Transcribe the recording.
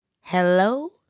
Hello